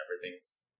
everything's